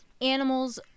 animals